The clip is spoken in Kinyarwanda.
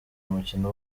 umukino